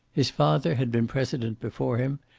his father had been president before him,